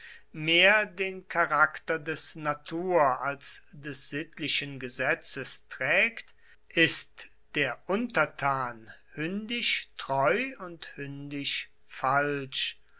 mehr den charakter des natur als des sittlichen gesetzes trägt ist der untertan hündisch treu und hündisch falsch